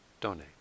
donate